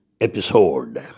episode